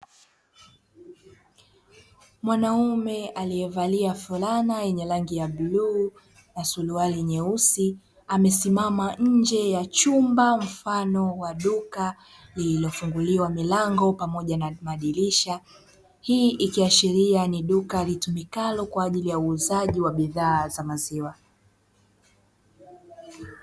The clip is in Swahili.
Mwanaume aliyevalia fulana yenye rangi ya bluu na suruali nyeusi amesimama nje ya chumba mfano wa duka lililofunguliwa milango pamoja na madirisha. Hii ikiashiria ni duka litumikalo kwa ajili ya uuzaji wa bidhaa za maziwa.